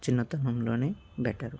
చిన్నతనంలో బెటరు